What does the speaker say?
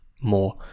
more